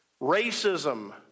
Racism